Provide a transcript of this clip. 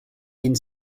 ein